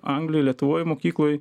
anglijoj lietuvoj mokykloj